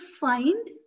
find